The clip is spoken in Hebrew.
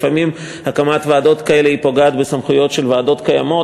לפעמים הקמת ועדות כאלה פוגעת בסמכויות של ועדות קיימות,